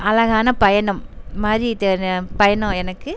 அழகான பயணம் இதுமாதிரி தெ பயணம் எனக்கு